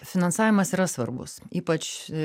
finansavimas yra svarbus ypač